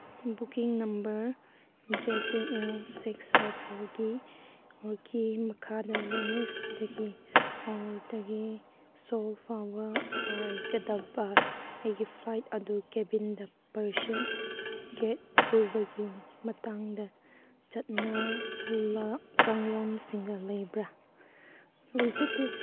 booking number J K U six five ꯐꯣꯔꯒꯤ ꯑꯣꯔꯀꯤ ꯃꯈꯥꯗ ꯚꯦꯅꯤꯁꯗꯒꯤ ꯑꯣꯔꯇꯒꯤ ꯁꯣꯜ ꯐꯥꯎꯕ ꯄꯥꯏꯒꯗꯕ ꯑꯩꯒꯤ ꯐ꯭ꯂꯥꯏꯠ ꯑꯗꯨ ꯀꯦꯕꯤꯟꯗ ꯄꯔꯁꯤꯌꯟ ꯀꯦꯠ ꯄꯨꯕꯒꯤ ꯃꯇꯥꯡꯗ ꯆꯠꯅ ꯀꯥꯡꯂꯣꯟꯁꯤꯡꯒ ꯂꯩꯕ꯭ꯔꯥ ꯂꯩꯖꯗꯦ